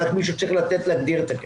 רק מישהו צריך להגדיר את זה,